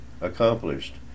accomplished